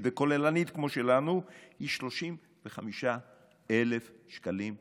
וכוללנית כמו שלנו היא 35,000 שקלים בשנה.